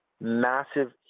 massive